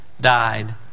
died